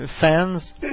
fans